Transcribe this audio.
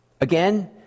Again